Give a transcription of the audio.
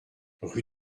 rue